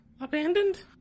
Abandoned